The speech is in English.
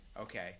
Okay